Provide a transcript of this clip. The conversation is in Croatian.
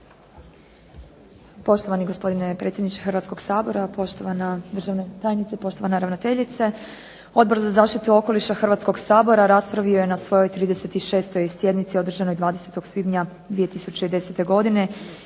Poštovani gospodine predsjedniče Hrvatskoga sabora, poštovana državna tajnice, poštovana ravnateljice. Odbor za zaštitu okoliša Hrvatskoga sabora raspravio je na svojoj 36. sjednici održanoj 20. svibnja 2010. godine